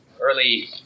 early